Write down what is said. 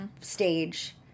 stage